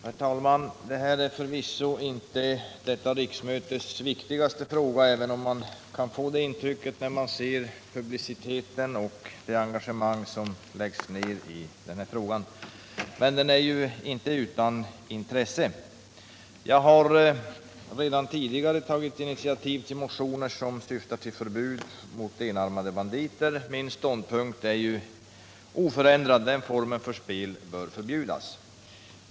Herr talman! Det här är förvisso inte detta riksmötes viktigaste fråga, även om man kan få det intrycket när man ser publiciteten och det engagemang som läggs ner, men den är ju inte utan intresse. Jag har tidigare tagit initiativ till motioner som syftat till förbud mot enarmade banditer. Min ståndpunkt är oförändrad. Den formen för spel bör förbjudas.